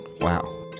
Wow